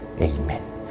Amen